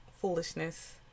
foolishness